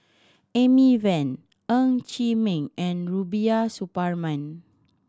Amy Van Ng Chee Meng and Rubiah Suparman